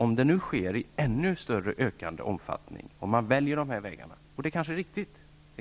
Om det sker i ännu större omfattning att man nu väljer dessa vägar, vilket i sig